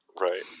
Right